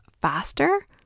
faster